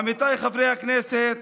עמיתיי חברי הכנסת,